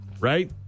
Right